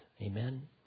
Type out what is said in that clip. Amen